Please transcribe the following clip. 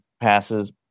passes